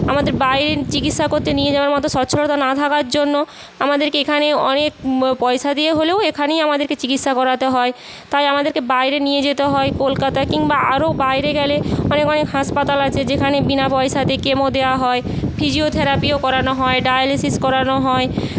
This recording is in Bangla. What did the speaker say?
আমাদের বাইরে চিকিৎসা করতে নিয়ে যাওয়ার মতো স্বচ্ছলতা না থাকার জন্য আমাদেরকে এখানে অনেক পয়সা দিয়ে হলেও এখানেই আমাদেরকে চিকিৎসা করাতে হয় তাই আমাদেরকে বাইরে নিয়ে যেতে হয় কলকাতায় কিংবা আরো বাইরে গেলে অনেক অনেক হাসপাতাল আছে যেখানে বিনা পয়সাতে কেমো দেওয়া হয় ফিজিওথেরাপিও করানো হয় ডায়ালিসিস করানো হয়